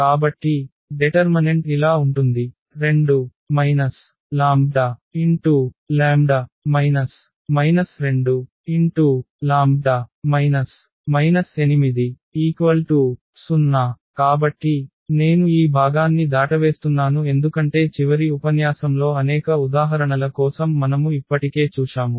కాబట్టి డెటర్మనెంట్ ఇలా ఉంటుంది 2 λλ 2λ 80 కాబట్టి నేను ఈ భాగాన్ని దాటవేస్తున్నాను ఎందుకంటే చివరి ఉపన్యాసంలో అనేక ఉదాహరణల కోసం మనము ఇప్పటికే చూశాము